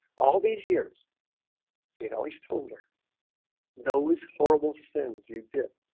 all these years it always told her those horrible sins you did